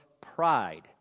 pride